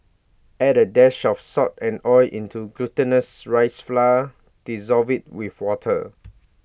add A dash of salt and oil into the glutinous rice flour dissolve IT with water